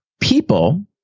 people